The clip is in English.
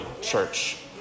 church